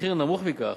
המחיר נמוך מכך.